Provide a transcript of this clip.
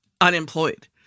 unemployed